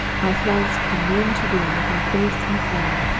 i flounced from room to room, with my face in a flame,